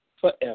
forever